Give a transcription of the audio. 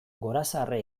gorazarre